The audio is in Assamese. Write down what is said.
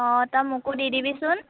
অঁ তই মোকো দি দিবিচোন